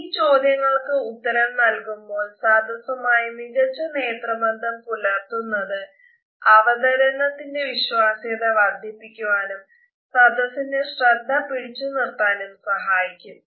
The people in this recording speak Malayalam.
ഈ ചോദ്യങ്ങൾക് ഉത്തരം നൽകുമ്പോൾ സദസുമായി മികച്ച നേത്രബന്ധം പുലർത്തുന്നത് അവതരണത്തിന്റെ വിശ്വാസ്യത വർദ്ധിപ്പിക്കുവാനും സദസിന്റെ ശ്രദ്ധ പിടിച്ചു നിർത്താനും സഹായിക്കും